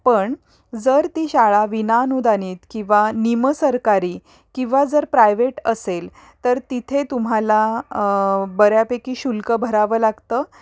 पण जर ती शाळा विनानुदानित किंवा निमसरकारी किंवा जर प्रायव्हेट असेल तर तिथे तुम्हाला बऱ्यापैकी शुल्क भरावं लागतं